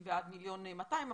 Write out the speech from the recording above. מ-750,000 ועד מיליון ו-200,000,